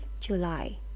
July